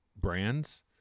Brands